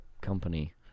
company